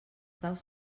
daus